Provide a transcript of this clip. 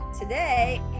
today